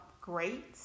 great